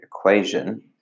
equation